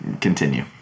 continue